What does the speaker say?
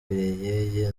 bweyeye